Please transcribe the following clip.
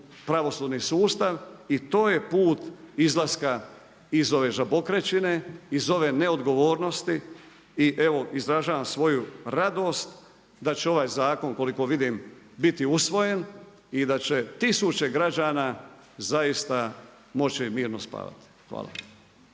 pravosudni sustav i to je put izlaska iz ove žabokrečine, iz ove neodgovornosti i evo izražavam svoju radost da će ovaj zakon, koliko vidim, biti usvojen i da će tisuće građana zaista moći mirno spavati. Hvala.